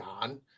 on